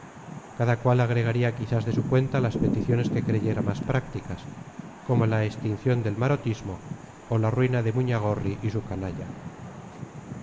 cada cual agregaría quizás de su cuenta las peticiones que creyera más prácticas como la extinción del marotismo o la ruina de muñagorri y su canalla